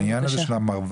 הנה שחקתי את המתח.